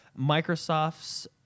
Microsoft's